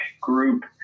group